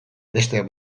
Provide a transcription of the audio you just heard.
besteak